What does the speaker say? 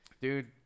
Dude